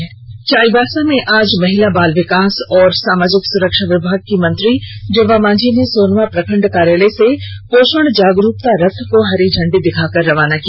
पोशण चाईबासा में आज महिला बाल विकास एवं सामाजिक सुरक्षा विभाग के मंत्री जोबा मांझी ने सोनवा प्रखण्ड कार्यालय से पोषण जागरूकता रथ को हरी झंडी दिखाकर रवाना किया